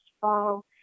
fall